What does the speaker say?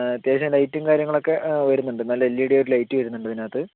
അത്യാവശ്യം ലൈറ്റും കാര്യങ്ങളൊക്കെ വരുന്നുണ്ട് നല്ല എൽ ഇ ഡി ഒരു ലൈറ്റ് വരുന്നുണ്ട് ഇതിനകത്ത്